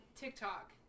TikTok